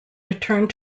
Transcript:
returned